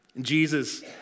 Jesus